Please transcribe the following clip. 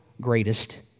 greatest